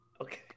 Okay